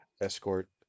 escort